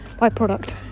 byproduct